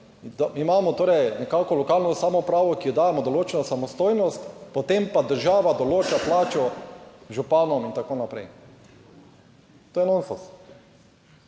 imamo torej nekako lokalno samoupravo, ki jo dajemo določeno samostojnost, potem pa država določa plačo županom in tako naprej. To je nonsens.